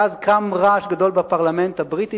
ואז קם רעש גדול בפרלמנט הבריטי,